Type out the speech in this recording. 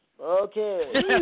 Okay